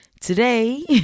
Today